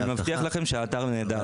אני מבטיח לכם שהאתר נהדר.